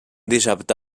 dissabte